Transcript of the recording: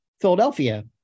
philadelphia